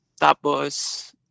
Tapos